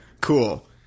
cool